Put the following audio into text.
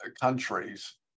countries